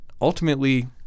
ultimately